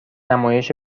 نمایش